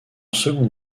secondes